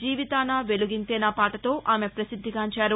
జీవితానా వెలుగింతేనా పాటతో ఆమె పసిద్దిగాంచారు